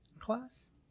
Class